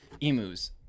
emus